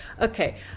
Okay